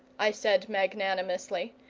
i said magnanimously,